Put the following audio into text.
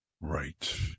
Right